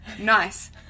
nice